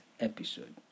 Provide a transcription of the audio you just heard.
episode